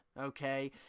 okay